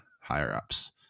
higher-ups